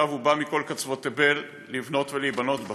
שב ובא מכל קצוות תבל לבנות ולהיבנות בה.